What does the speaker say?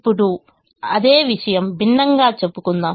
ఇప్పుడు అదే విషయం భిన్నంగా చెప్పబడింది